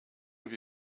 have